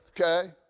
okay